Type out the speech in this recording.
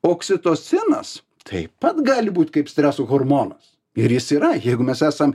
oksitocinas taip pat gali būt kaip streso hormonas ir jis yra jeigu mes esam